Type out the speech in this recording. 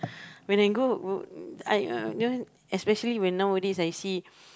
when I go I uh especially when nowadays I see